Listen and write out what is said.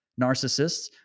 narcissists